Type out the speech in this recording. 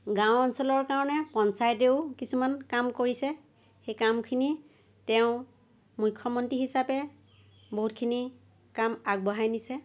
গাঁও অঞ্চলৰ কাৰণে পঞ্চায়তেও কিছুমান কাম কৰিছে সেই কামখিনি তেওঁ মুখ্যমন্ত্ৰী হিচাপে বহুতখিনি কাম আগবঢ়াই নিছে